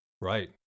right